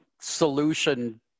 solution